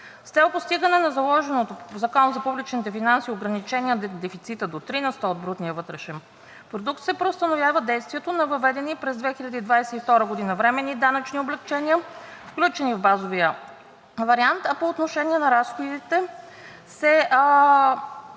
С цел постигане на заложеното в Закона за публичните финанси ограничение на дефицита до 3 на сто от брутния вътрешен продукт се преустановява действието на въведени през 2022 г. временни данъчни облекчения, включени в базовия вариант, а по отношение на разходите се